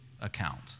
account